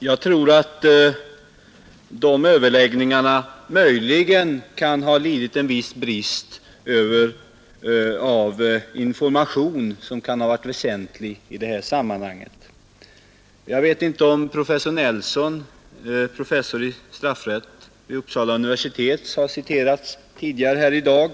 Jag tror att överläggningarna möjligen kan ha lidit av en viss brist på information, som hade varit väsentlig i det sammanhanget. Jag vet inte om professor Nelson — professor i straffrätt vid Uppsala universitet — har citerats tidigare här i dag.